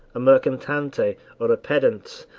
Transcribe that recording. a mercatante or a pedant,